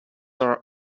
are